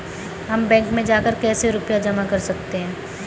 हम बैंक में जाकर कैसे रुपया जमा कर सकते हैं?